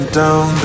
down